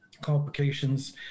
complications